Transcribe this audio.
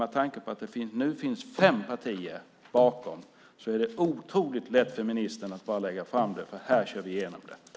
Med tanke på att det nu finns fem partier bakom är det otroligt lätt för ministern att lägga fram förslag, för här kör vi igenom det.